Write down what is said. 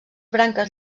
branques